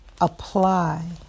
Apply